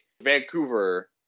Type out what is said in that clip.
Vancouver